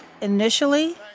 Initially